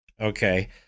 Okay